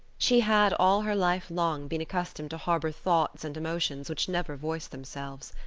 she had all her life long been accustomed to harbor thoughts and emotions which never voiced themselves.